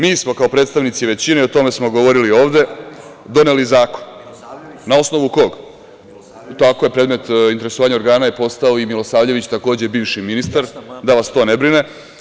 Mi smo kao predstavnici većine, i o tome smo govorili ovde, doneli zakon na osnovu kog… (Marijan Rističević: A Milosavljević?) Tako je, predmet interesovanja organa je postao i Milosavljević, takođe bivši ministar, da vas to ne brine.